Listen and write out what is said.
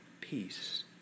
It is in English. Peace